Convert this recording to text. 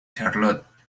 charlotte